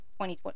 2020